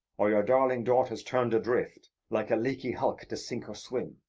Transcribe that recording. or your darling daughter's turned adrift, like a leaky hulk to sink or swim,